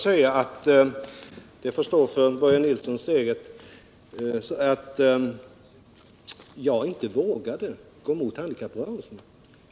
Herr talman! Det får stå för Börje Nilssons egen räkning när han påstår att jaginte vågade gå emot handikapprörelsen.